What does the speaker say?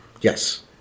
Yes